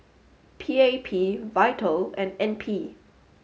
P A P VITAL and N P